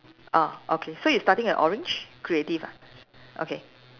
ah okay so you starting at orange creative ah okay